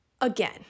again